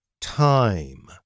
time